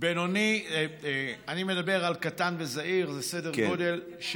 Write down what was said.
אני מדבר על קטן וזעיר, זה סדר גודל,